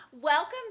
Welcome